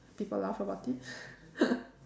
people laugh about it